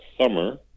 summer